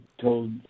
told